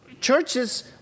Churches